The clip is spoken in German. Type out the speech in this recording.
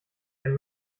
ein